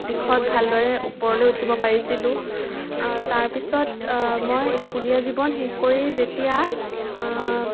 দিশত ভাল দৰে ওপৰলৈ উঠিব পাৰিছিলোঁ তাৰ পিছত মই স্কুলীয়া জীৱন শেষ কৰি যেতিয়া